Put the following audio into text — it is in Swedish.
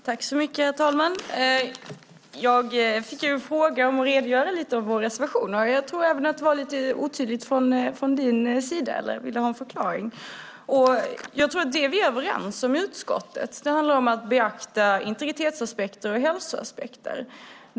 Herr talman! Jag uppmanades att redogöra lite för vår reservation. Det var lite otydligt även från Johan Linanders sida så jag vill ha en förklaring. Jag tror att det vi är överens om i utskottet handlar om att beakta integritetsaspekter och hälsoaspekter.